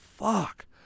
fuck